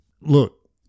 Look